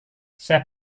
saya